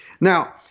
Now